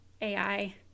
AI